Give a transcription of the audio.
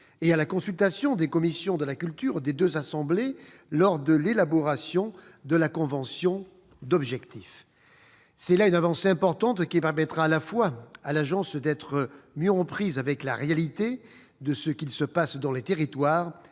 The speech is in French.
et à la consultation des commissions de la culture des deux assemblées lors de l'élaboration de la convention d'objectifs. C'est là une avancée importante, qui permettra à la fois à l'agence d'être davantage en prise avec la réalité de ce qui se passe dans les territoires,